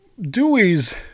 Dewey's